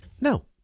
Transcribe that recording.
No